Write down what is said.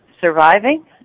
surviving